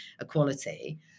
equality